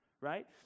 right